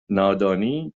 نادانی